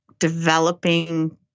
developing